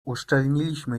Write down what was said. uszczelniliśmy